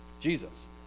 Jesus